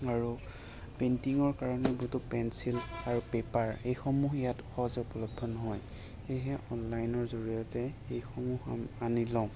আৰু পেইন্টিঙৰ কাৰণে বহুত পেঞ্চিল আৰু পেপাৰ এইসমূহ ইয়াত সহজে উপলব্ধ নহয় সেয়েহে অনলাইনৰ জৰিয়তে এইসমূহ আমি আনি লওঁ